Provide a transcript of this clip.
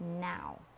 now